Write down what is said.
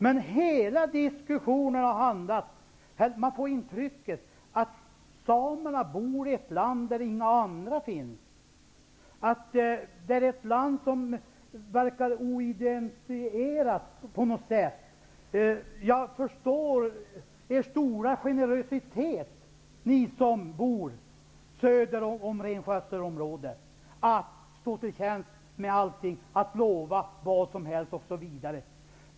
Men av diskussionen får man intrycket att samerna bor i ett land där inga andra finns, ett land som på något sätt verkar oidentifierat. Jag kan förstå att ni som bor söder om renskötselområdet visar stor generositet. Ni vill stå till tjänst med allting och lovar vad som helst.